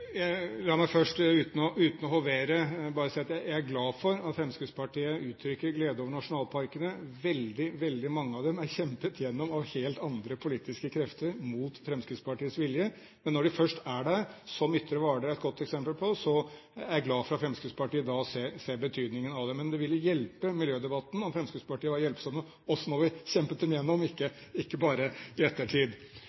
La meg først uten å hovere bare si at jeg er glad for at Fremskrittspartiet uttrykker glede over nasjonalparkene. Veldig, veldig mange av dem er kjempet gjennom av helt andre politiske krefter mot Fremskrittspartiets vilje. Men når de først er der – som Ytre Hvaler er et godt eksempel på – er jeg glad for at Fremskrittspartiet da ser betydningen av dem. Men det ville hjelpe miljødebatten om Fremskrittspartiet var hjelpsomme også da vi kjempet dem gjennom, ikke